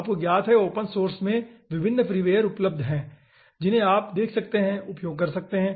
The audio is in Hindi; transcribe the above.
आपको ज्ञात है ओपन सोर्स में विभिन्न फ्रीवेयर उपलब्ध हैं जिन्हें आप देख सकते हैं उपयोग कर सकते हैं